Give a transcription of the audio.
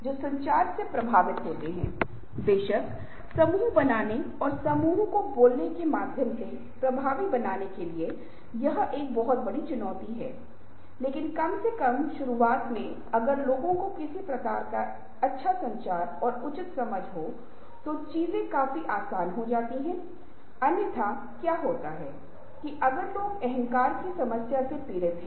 इसलिए संस्कृतियों में पश्चिमी संस्कृतियों में वे एक विशिष्ट समय में एक विशिष्ट कार्य करते हैं लेकिन पूर्वी एशियाई समाज में आप पाएंगे कि लोग एक ही समय स्लॉट पर कई कार्य करते हैं इस समय प्रबंधन को कैसे मापें